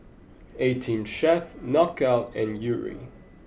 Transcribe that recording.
eighteen Chef Knockout and Yuri